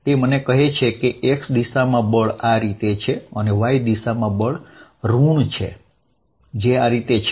તે મને કહે છે કે x દિશામાં બળ આ રીતે છે અને y દિશામાં બળ ઋણ છે જે આ રીતે છે